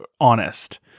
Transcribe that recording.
honest